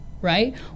right